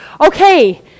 okay